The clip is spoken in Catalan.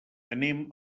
anem